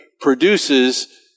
produces